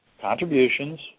contributions